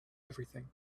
everything